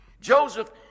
Joseph